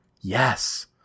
Yes